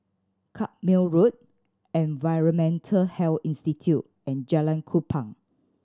Carpmael Road Environmental Health Institute and Jalan Kupang